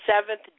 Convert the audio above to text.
seventh